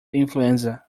influenza